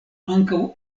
ankaŭ